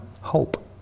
hope